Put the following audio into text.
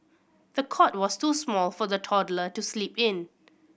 the cot was too small for the toddler to sleep in